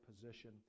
position